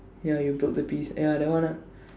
ya you broke the piece ya that one ah